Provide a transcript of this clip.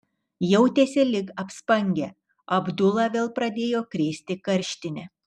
jautėsi lyg apspangę abdulą vėl pradėjo krėsti karštinė